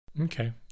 Okay